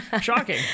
Shocking